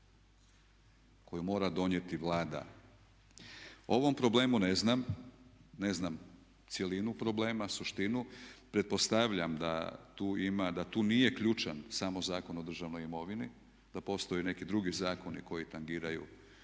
koju mora donijeti Vlada. O ovom problemu ne znam, ne znam cjelinu problema, suštinu. Pretpostavljam da tu ima, da tu nije ključan samo Zakon o državnoj imovini, da postoje neki drugi zakoni koji tangiraju